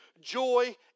joy